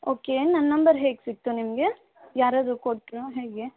okay ನನ್ನ number ಹೇಗೆ ಸಿಕ್ತು ನಿಮಗೆ ಯಾರಾದರೂ ಕೊಟ್ರೋ ಹೇಗೆ